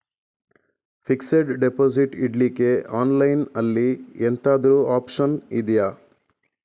Fixed deposit ಇಡ್ಲಿಕ್ಕೆ online ಅಲ್ಲಿ ಎಂತಾದ್ರೂ ಒಪ್ಶನ್ ಇದ್ಯಾ?